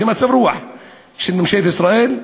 לפי המצב-רוח של ממשלת ישראל,